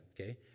okay